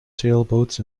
sailboats